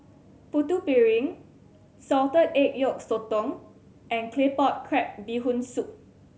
Putu Piring salted egg yolk sotong and Claypot Crab Bee Hoon Soup